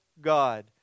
God